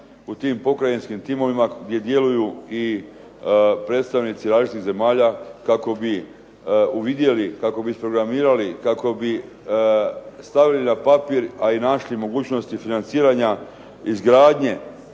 u tim pokrajinskim timovima gdje djeluju i predstavnici različitih zemalja, kako bi uvidjeli, kako bi isprogramirali, kako bi stavili na papir, a i našli mogućnosti financiranja izgradnje